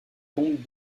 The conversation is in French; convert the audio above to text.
tombes